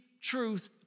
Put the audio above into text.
truth